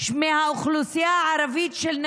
של נרצחים מהאוכלוסייה הערבית.